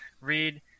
read